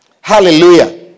Hallelujah